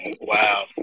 Wow